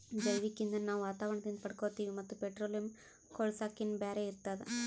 ಜೈವಿಕ್ ಇಂಧನ್ ನಾವ್ ವಾತಾವರಣದಿಂದ್ ಪಡ್ಕೋತೀವಿ ಮತ್ತ್ ಪೆಟ್ರೋಲಿಯಂ, ಕೂಳ್ಸಾಕಿನ್ನಾ ಬ್ಯಾರೆ ಇರ್ತದ